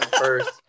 first